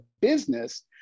business